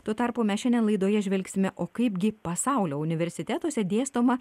tuo tarpu mes šiandien laidoje žvelgsime o kaipgi pasaulio universitetuose dėstoma